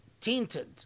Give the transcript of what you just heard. tainted